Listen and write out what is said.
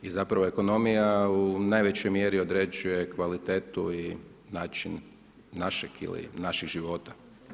I zapravo ekonomija u najvećoj mjeri određuje kvalitetu i način našeg ili naših života.